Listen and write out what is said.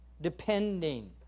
depending